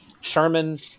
Sherman